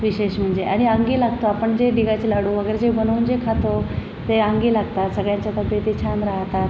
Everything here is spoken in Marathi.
विशेष म्हणजे आणि अंगी लागतं आपण जे डिकाचे लाडू वगैरे जे बनवून जे खातो ते अंगी लागतात सगळ्यांच्या तब्येती छान राहतात्